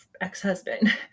ex-husband